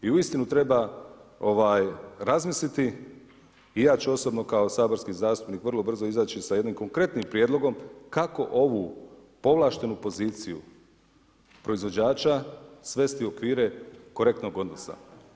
I uistinu treba razmisliti i ja ću osobno kao saborski zastupnik vrlo brzo izaći sa jednim konkretnim prijedlogom kako ovu povlaštenu poziciju proizvođača svesti u okvire korektnog odnosa.